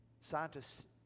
Scientists